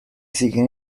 siguen